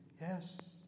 yes